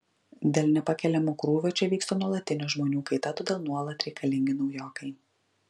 dėl nepakeliamo krūvio čia vyksta nuolatinė žmonių kaita todėl nuolat reikalingi naujokai